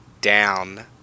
down